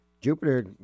Jupiter